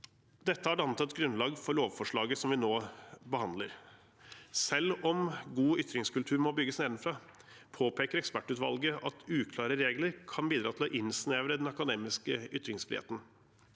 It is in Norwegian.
Dette har dannet et grunnlag for lovforslaget som vi nå behandler. Selv om god ytringskultur må bygges nedenfra, påpeker ekspertutvalget at uklare regler kan bidra til å innsnevre den akademiske ytringsfriheten.